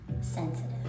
sensitive